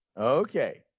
Okay